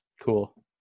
cool